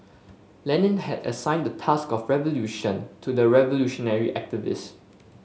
Lenin had assigned the task of revolution to the revolutionary activist